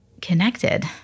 connected